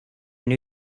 new